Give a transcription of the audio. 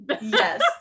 yes